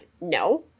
no